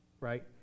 right